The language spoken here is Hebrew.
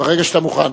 ברגע שאתה מוכן.